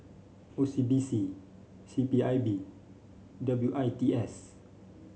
O C B C C P I B W I T S